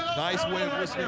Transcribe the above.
nice win.